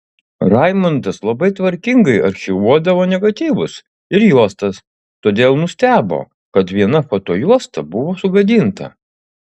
raimundas labai tvarkingai archyvuodavo negatyvus ir juostas todėl nustebo kad viena fotojuosta buvo sugadinta